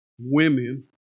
women